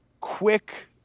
quick